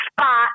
spot